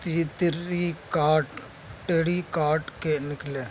Terry کاٹ کے نکلے